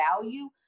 value